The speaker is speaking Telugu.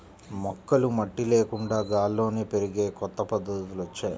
మొక్కలు మట్టి లేకుండా గాల్లోనే పెరిగే కొత్త పద్ధతులొచ్చాయ్